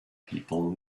people